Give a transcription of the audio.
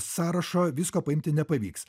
sąrašo visko paimti nepavyks